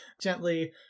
gently